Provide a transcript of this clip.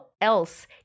else